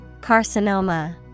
Carcinoma